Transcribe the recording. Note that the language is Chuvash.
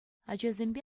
ачасемпе